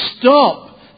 stop